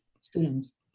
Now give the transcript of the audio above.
students